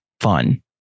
fun